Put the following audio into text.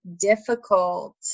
difficult